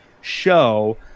show